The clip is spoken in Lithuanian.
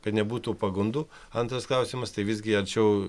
kad nebūtų pagundų antras klausimas tai visgi arčiau